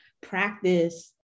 practice